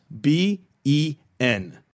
B-E-N